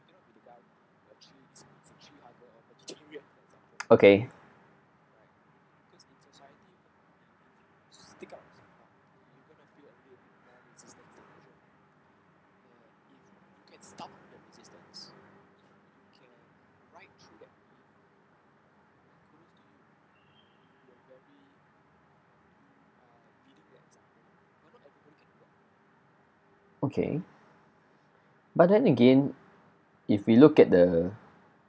okay okay but then again if we look at the